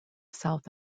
south